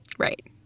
right